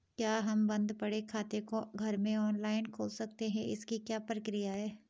क्या हम बन्द पड़े खाते को घर में ऑनलाइन खोल सकते हैं इसकी क्या प्रक्रिया है?